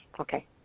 Okay